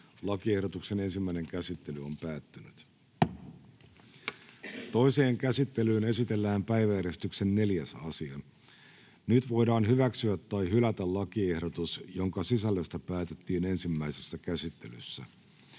muuttamisesta Time: N/A Content: Toiseen käsittelyyn esitellään päiväjärjestyksen 4. asia. Nyt voidaan hyväksyä tai hylätä lakiehdotus, jonka sisällöstä päätettiin ensimmäisessä käsittelyssä.